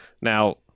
Now